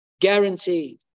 Guaranteed